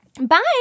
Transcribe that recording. Bye